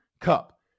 cup